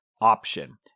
option